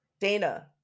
Dana